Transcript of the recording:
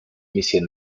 миссией